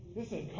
Listen